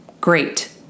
Great